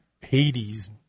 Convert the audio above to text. Hades